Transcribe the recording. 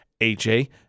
AJ